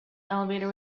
elevator